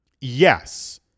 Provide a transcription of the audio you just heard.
Yes